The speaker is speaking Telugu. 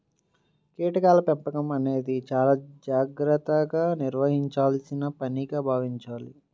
కీటకాల పెంపకం అనేది చాలా జాగర్తగా నిర్వహించాల్సిన పనిగా భావించాలి